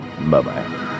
Bye-bye